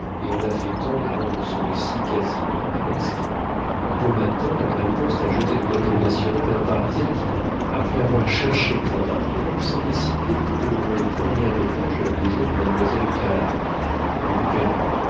et en affectant de rendre son récit quasi romanesque un beau matin la malle-poste a jeté dans l'hôtel national un parisien qui après avoir cherché des appartements s'est décidé pour le premier étage de la maison de mademoiselle galard rue du perron